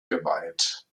geweiht